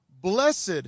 blessed